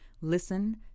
Listen